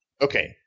okay